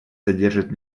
содержит